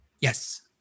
Yes